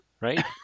Right